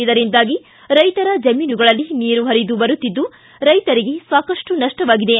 ಇದರಿಂದಾಗಿ ರೈತರ ಜಮೀನುಗಳಲ್ಲಿ ನೀರು ಪರಿದು ಬರುತ್ತಿದ್ದು ರೈತರಿಗೆ ಸಾಕಷ್ಟು ನಪ್ಪವಾಗಿದೆ